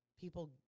people